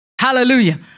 Hallelujah